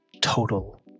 total